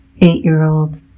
eight-year-old